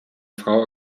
frau